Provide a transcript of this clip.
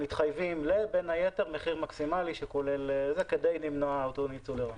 מתחייבים בין היתר למחיר מקסימלי כדי למנוע אות אותו ניצול לרעה.